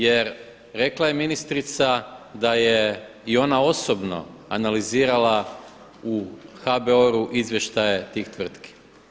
Jer rekla je ministrica da je i ona osobno analizirala u HBOR-u izvještaje tih tvrtki.